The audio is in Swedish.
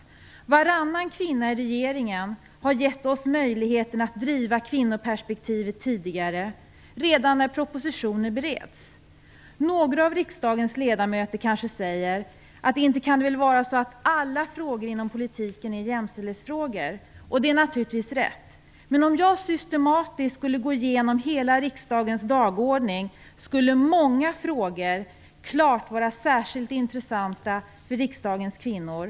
Detta med varannan kvinna i regeringen har gett oss möjlighet att driva kvinnoperspektivet tidigare, redan när propositioner bereds. Några av riksdagens ledamöter säger kanske att det väl inte kan vara så illa att alla frågor inom politiken är jämställdhetsfrågor. Det är naturligtvis rätt, men om jag systematiskt skulle gå igenom riksdagens hela dagordning skulle många frågor vara särskilt intressanta för riksdagens kvinnor.